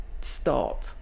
stop